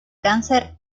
cáncer